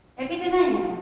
anything.